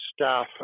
staff